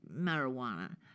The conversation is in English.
marijuana